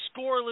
scoreless